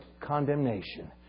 condemnation